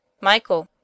Michael